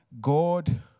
God